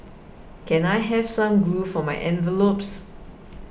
can I have some glue for my envelopes